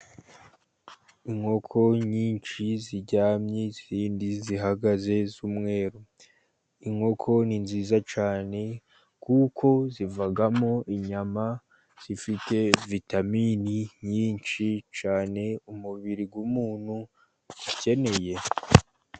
Inkoko nyinshi ziryamye izindi zihagaze z'umweru. Inkoko ni nziza cyane kuko zivamo inyama zifite vitamini nyinshi cyane umubiri w'umuntu ukeneye.